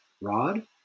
rod